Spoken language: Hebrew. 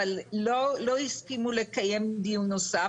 אבל לא הסכימו לקיים דיון נוסף,